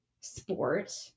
sport